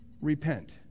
repent